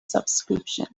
subscription